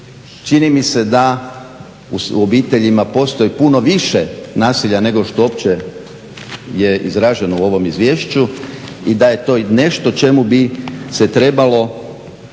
Čini mi se da u obiteljima postoji puno više nasilja nego što je uopće izraženo u ovom izvješću i da je to nešto o čemu bi se trebalo